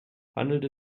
handelt